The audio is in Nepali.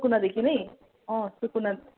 सुकुनादेखि नै अँ सुकुना